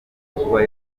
kuba